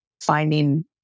finding